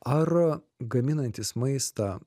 ar gaminantys maistą